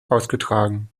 ausgetragen